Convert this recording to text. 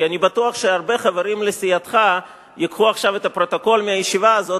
כי אני בטוח שהרבה חברים בסיעתך ייקחו עכשיו את הפרוטוקול מהישיבה הזאת,